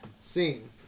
scene